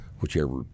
Whichever